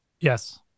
Yes